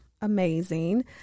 amazing